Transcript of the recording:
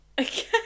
Okay